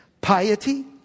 Piety